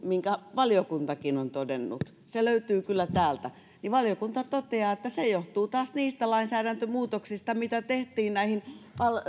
minkä valiokuntakin on todennut se löytyy kyllä täältä valiokunta toteaa että se taas johtuu niistä lainsäädäntömuutoksista mitä tehtiin